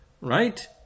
Right